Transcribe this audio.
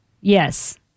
Yes